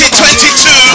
2022